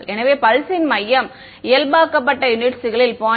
எனவே பல்ஸ் ன் மையம் இயல்பாக்கப்பட்ட யூனிட்களில் 0